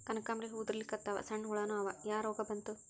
ಕನಕಾಂಬ್ರಿ ಹೂ ಉದ್ರಲಿಕತ್ತಾವ, ಸಣ್ಣ ಹುಳಾನೂ ಅವಾ, ಯಾ ರೋಗಾ ಬಂತು?